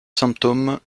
symptômes